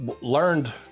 learned